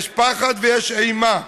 יש פחד ויש אימה,